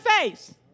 face